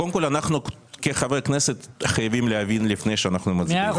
קודם כל אנחנו כחברי כנסת חייבים להבין לפני שאנחנו מצביעים.